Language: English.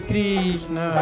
Krishna